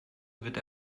wird